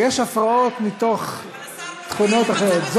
יש הפרעות מתוך תכונות אחרות.